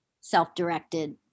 self-directed